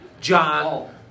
John